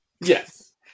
Yes